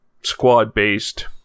squad-based